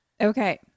Okay